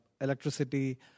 electricity